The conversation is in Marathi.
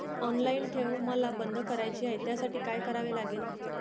ऑनलाईन ठेव मला बंद करायची आहे, त्यासाठी काय करावे लागेल?